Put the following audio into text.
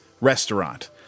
Restaurant